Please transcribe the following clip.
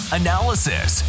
analysis